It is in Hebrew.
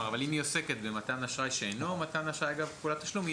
אבל אם היא עוסקת במתן אשראי שאינו מתן אשראי אגב פעולת תשלום,